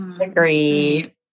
agree